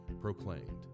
proclaimed